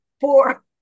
Four